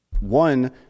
One